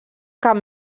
cap